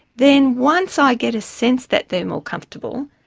then once i get a sense that they're more comfortable,